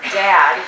dad